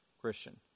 Christian